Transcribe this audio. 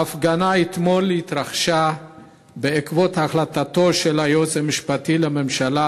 ההפגנה אתמול התרחשה בעקבות החלטתו של היועץ המשפטי לממשלה